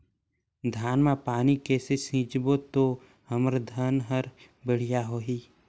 धान मा पानी कइसे सिंचबो ता हमर धन हर बढ़िया होही?